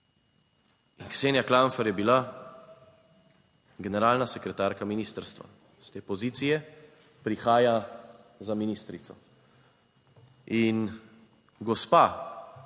Ksenija Klampfer je bila generalna sekretarka ministrstva - s te pozicije prihaja za ministrico. In gospa,